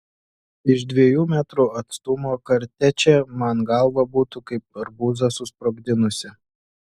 iš dviejų metrų atstumo kartečė man galvą būtų kaip arbūzą susprogdinusi